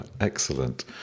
Excellent